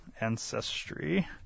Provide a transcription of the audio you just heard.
Ancestry